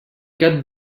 cap